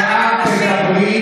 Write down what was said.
כשאת תדברי,